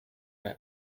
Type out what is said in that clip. bei